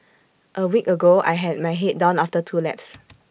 A week ago I had my Head down after two laps